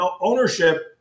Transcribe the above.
ownership